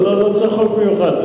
לא צריך חוק מיוחד,